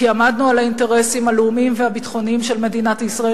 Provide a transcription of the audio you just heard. כי עמדנו על האינטרסים הלאומיים והביטחוניים של מדינת ישראל,